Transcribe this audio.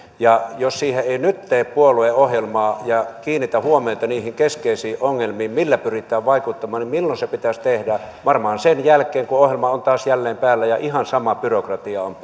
jos siihen ei nyt tee puolueohjelmaa ja kiinnitä huomiota keskeisiin ongelmiin millä pyritään vaikuttamaan niin milloin se pitäisi tehdä varmaan sen jälkeen kun ohjelma on taas jälleen päällä ja ihan sama byrokratia on